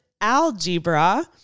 Algebra